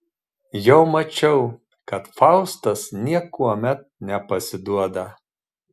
jau mačiau kad faustas niekuomet nepasiduoda